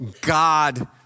God